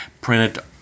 printed